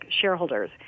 shareholders